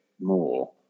more